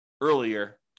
earlier